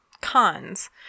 cons